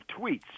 tweets